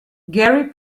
gary